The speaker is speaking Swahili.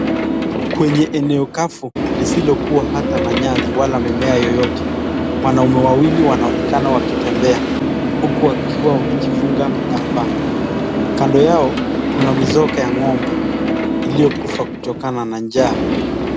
Kwenye eneo kavu lisilokuwa hata na nyasi wala mimea yoyote, wanaume wawili wanaonekana wakitembea huku wakiwa wamejifunga mitambaa. Kando yao kuna mizoga ya ng'ombe iliyokufa kutokana na njaa.